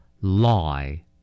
lie